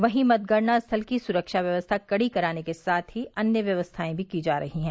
वहीं मतगणना स्थल की सुरक्षा व्यवस्था कड़ी कराने के साथ अन्य व्यवस्थाएं भी की जा रही है